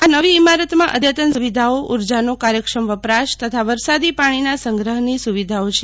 આ નવી ઇમારતમાં અઘતન સુવિધાઓ ઉર્જાનો કાર્યક્ષમ વપરાશ તથા વરસાદી પાણીના સંગ્રહની સુવિધાઓ છે